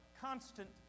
constant